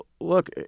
look